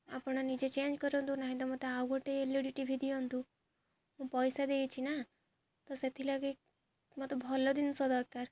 ଆପଣ ନିଜେ ଚେଞ୍ଜ କରନ୍ତୁ ନାହିଁ ତ ମୋତେ ଆଉ ଗୋଟେ ଏଲଇଡ଼ି ଟିଭି ଦିଅନ୍ତୁ ମୁଁ ପଇସା ଦେଇଛି ନା ତ ସେଥିଲାଗି ମୋତେ ଭଲ ଜିନିଷ ଦରକାର